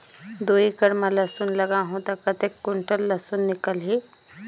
दो एकड़ मां लसुन लगाहूं ता कतेक कुंटल लसुन निकल ही?